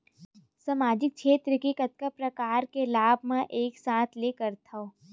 सामाजिक क्षेत्र के कतका प्रकार के लाभ मै एक साथ ले सकथव?